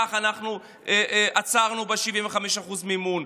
וכך עצרנו ב-75% מימון.